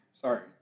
Sorry